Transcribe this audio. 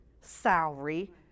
salary